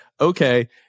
okay